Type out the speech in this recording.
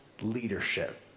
leadership